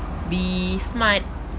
be smart